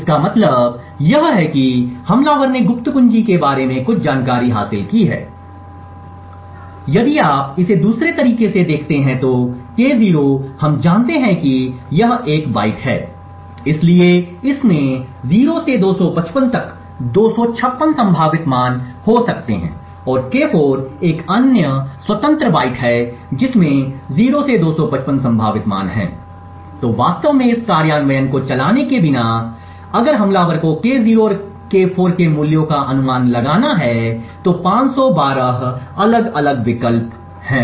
इसका मतलब यह है कि हमलावर ने गुप्त कुंजी के बारे में कुछ जानकारी हासिल की है यदि आप इसे दूसरे तरीके से देखते हैं तो K0 हम जानते हैं कि यह एक बाइट है इसलिए इसमें 0 से 255 तक 256 संभावित मान हैं और K4 एक अन्य स्वतंत्र बाइट है जिसमें 0 से 255 संभावित मान है तो वास्तव में इस कार्यान्वयन को चलाने के बिना अगर हमलावर को K0 और K4 के मूल्यों का अनुमान लगाना है तो 512 अलग अलग विकल्प हैं